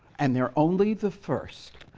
and they're only the first.